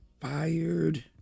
fired